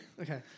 Okay